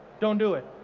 don't do it.